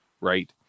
right